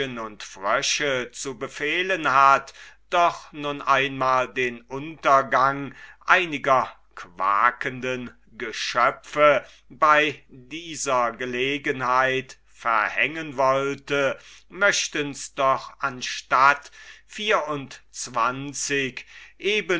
und frösche zu befehlen hat doch nun einmal den untergang einiger quakenden geschöpfe bei dieser gelegenheit verhängen wollte möchten's doch anstatt